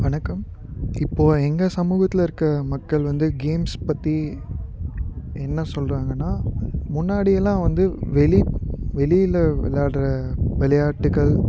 வணக்கம் இப்போது எங்கள் சமூகத்தில் இருக்க மக்கள் வந்து கேம்ஸ் பற்றி என்ன சொல்கிறாங்கனா முன்னாடியெல்லாம் வந்து வெளி வெளியில் விளாடுற விளையாட்டுக்கள்